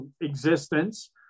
existence